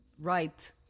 right